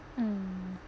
mm